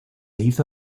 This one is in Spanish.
hizo